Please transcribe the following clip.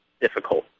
difficult